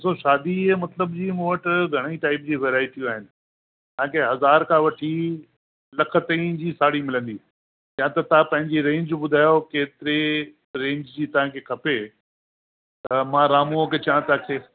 थो शादीअ जे मतिलब जी मूं वटि घणेई टाइप जी वेराइटियूं आहिनि तव्हांखे हज़ार खां वठी लख ताईं जी साड़ी मिलंदी या त तां पंहिंजी रेंज ॿुधयो केतिरे रेंज जी तांखे खपे त मां रामूअ खे चवां त अचे